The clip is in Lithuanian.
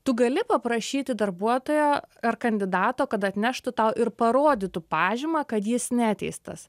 tu gali paprašyti darbuotojo ar kandidato kad atneštų tau ir parodytų pažymą kad jis neteistas